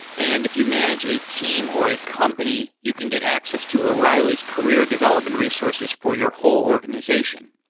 and if you manage a team or a company, you can get access to o'reilly's career development resources for your whole organization.